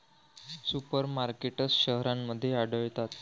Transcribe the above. super markets शहरांमध्ये आढळतात